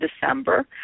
December